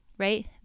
Right